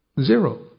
Zero